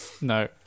No